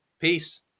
Peace